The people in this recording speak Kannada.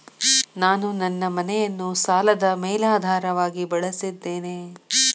ನಾನು ನನ್ನ ಮನೆಯನ್ನು ಸಾಲದ ಮೇಲಾಧಾರವಾಗಿ ಬಳಸಿದ್ದೇನೆ